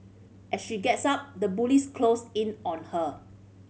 as she gets up the bullies close in on her